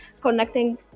connecting